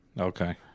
okay